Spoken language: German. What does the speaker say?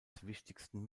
wichtigsten